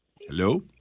Hello